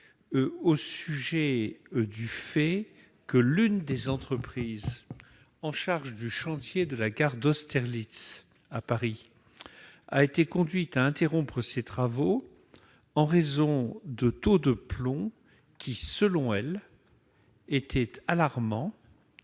sur le fait que l'une des entreprises chargées du chantier de la gare d'Austerlitz à Paris a été conduite à interrompre ses travaux en raison de taux de plomb, qui, selon elle, étaient alarmants